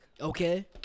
Okay